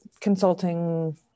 consulting